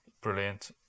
Brilliant